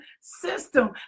system